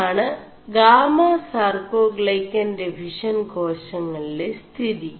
ഇതാണ് ഗാമസാർേ ാൈø ൻ െഡഫിഷç േകാശÆളിെല ിതി